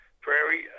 Prairie